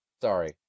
Sorry